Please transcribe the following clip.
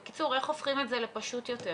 בקיצור, איך הופכים את זה לפשוט יותר?